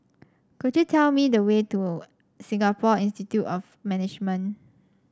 could you tell me the way to Singapore Institute of Management